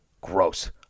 Gross